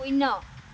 শূন্য